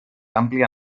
àmplia